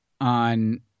on